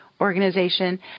organization